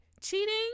cheating